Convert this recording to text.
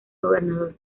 gobernador